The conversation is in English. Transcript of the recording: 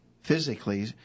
physically